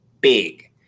big